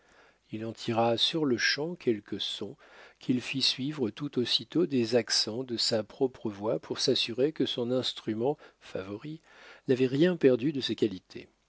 il en tira sur-le-champ quelques sons qu'il fit suivre tout aussitôt des accents de sa propre voix pour s'assurer que son instrument favori n'avait rien perdu de ses qualités